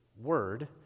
word